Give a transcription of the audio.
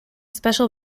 special